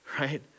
right